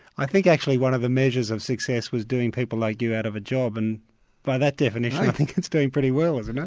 i think actually one of the measures of success was doing people like you out of a job, and by that definition it's doing pretty well, isn't it?